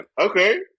okay